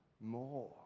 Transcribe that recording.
more